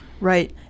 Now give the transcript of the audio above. Right